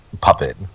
puppet